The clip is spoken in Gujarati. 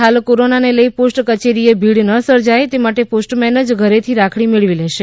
હાલ કોરોનાને લઈ પોસ્ટ કચેરીએ ભીડનાં સર્જાય તે માટે પોસ્ટમેન જ ઘરેથી રાખડી મેળવી લેશે